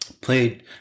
Played